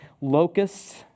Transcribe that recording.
locusts